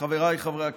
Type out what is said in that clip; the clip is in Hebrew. חבריי חברי הכנסת,